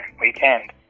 weekend